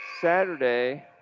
saturday